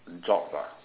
jobs ah